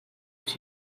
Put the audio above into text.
but